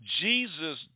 Jesus